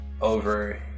over